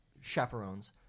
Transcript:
chaperones